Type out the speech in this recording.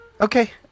Okay